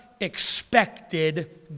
expected